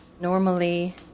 Normally